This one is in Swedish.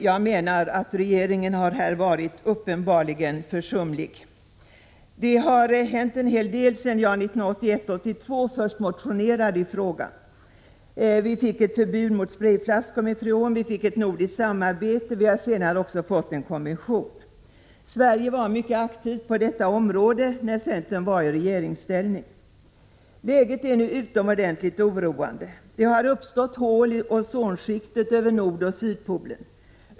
Jag menar att regeringen i den här frågan har varit uppenbart försumlig. Det har hänt en hel del sedan jag till riksmötet 1981/82 motionerade i frågan. Vi fick ett förbud mot sprejflaskor med freon, vi fick ett nordiskt samarbete, och det har senare också tillsatts en kommission. Sverige var mycket aktivt på detta område när centern var i regeringsställning. Läget är nu utomordentligt oroande. Det har uppstått hål i ozonskiktet över nordoch sydpolen.